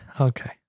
Okay